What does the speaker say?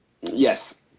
yes